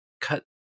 cut